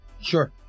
Sure